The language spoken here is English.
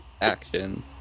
action